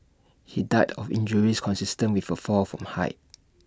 he died of injuries consistent with A fall from height